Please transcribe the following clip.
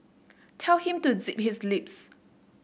tell him to zip his lips